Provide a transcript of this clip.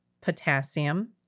potassium